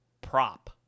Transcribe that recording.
prop